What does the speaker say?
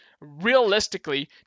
realistically